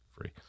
free